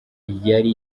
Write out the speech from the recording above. yari